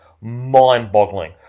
mind-boggling